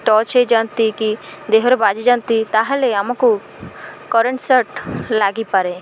touch ହୋଇଯାଆନ୍ତି କି ଦେହରେ ବାଜିଯାନ୍ତି ତାହେଲେ ଆମକୁ କରେଣ୍ଟ ସଟ୍ ଲାଗିପାରେ